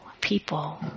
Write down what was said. people